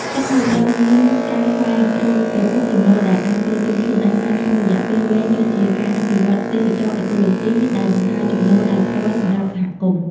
ក្នុងនោះ ត្រូវមានការស្វែងរកប្រភពចំណូលដែលអាចទ្រទ្រង់ខ្លួនឯងបានក្នុងរយៈពេលវែងដូចជាការអភិវឌ្ឍទេសចរណ៍អេកូឡូស៊ី ដែលបង្កើតចំណូលដោយផ្ទាល់សម្រាប់សហគមន៍។